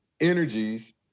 energies